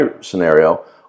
scenario